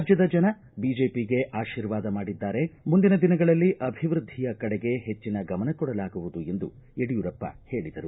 ರಾಜ್ಯದ ಜನ ಬಿಜೆಪಿಗೆ ಅಶೀರ್ವಾದ ಮಾಡಿದ್ದಾರೆ ಮುಂದಿನ ದಿನಗಳಲ್ಲಿ ಅಭಿವೃದ್ಧಿಯ ಕಡೆಗೆ ಹೆಚ್ಚಿನ ಗಮನ ಕೊಡಲಾಗುವುದು ಎಂದು ಯಡಿಯೂರಪ್ಪ ಹೇಳಿದರು